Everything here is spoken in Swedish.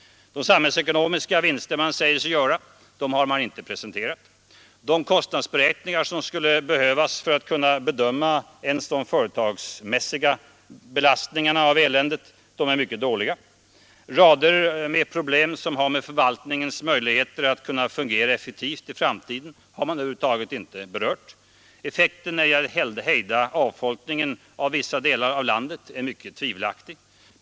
De samhällsekonomiska vinster man tänker sig göra har man inte presenterat. De kostnadsberäkningar som skulle behövas för att man skall kunna bedöma ens de företagsmässiga belastningarna är eländigt dåliga. Rader med problem som rör förvaltningens möjligheter att fungera effektivt i framtiden har man över huvud taget inte berört. Effekten när det gäller att hejda avfolkningen av vissa delar av landet är mycket tvivelaktigt.